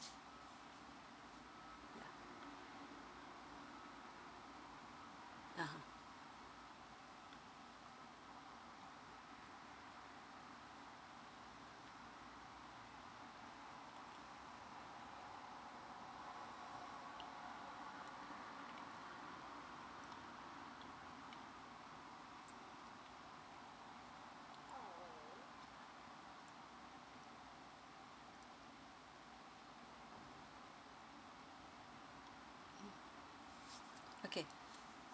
ah okay